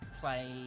Play